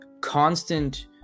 constant